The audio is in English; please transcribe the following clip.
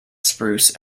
spruce